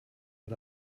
but